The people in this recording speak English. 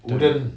wouldn't